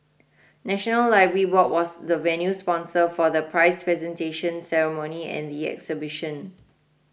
National Library Board was the venue sponsor for the prize presentation ceremony and the exhibition